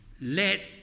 let